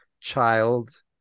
child